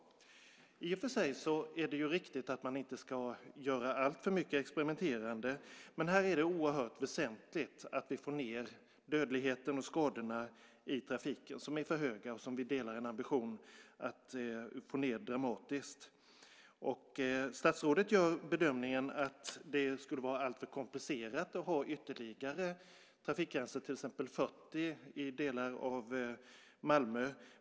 I och för sig är det riktigt att man inte ska göra alltför mycket experimenterande. Men här är det oerhört väsentligt att vi får ned dödligheten och skadorna i trafiken, som är för höga. Vi delar ambitionen att få ned dem dramatiskt. Statsrådet gör bedömningen att det skulle vara alltför komplicerat att ha ytterligare trafikgränser, till exempel 40, i delar av Malmö.